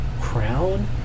crown